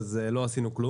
לא עשינו כלום,